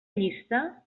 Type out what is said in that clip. llista